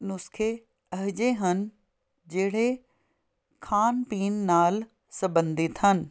ਨੁਸਖੇ ਇਹੋ ਜਿਹੇ ਹਨ ਜਿਹੜੇ ਖਾਣ ਪੀਣ ਨਾਲ ਸੰਬੰਧਿਤ ਹਨ